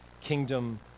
kingdom